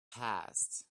passed